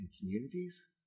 communities